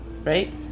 Right